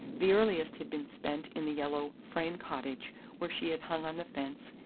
the earliest had been spent in the yellow frame cottage where she had hung on the fence,